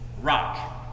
rock